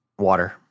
Water